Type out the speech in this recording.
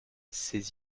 ses